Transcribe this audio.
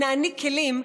נעניק כלים,